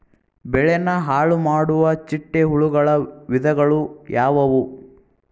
ಬೆಳೆನ ಹಾಳುಮಾಡುವ ಚಿಟ್ಟೆ ಹುಳುಗಳ ವಿಧಗಳು ಯಾವವು?